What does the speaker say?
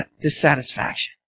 dissatisfaction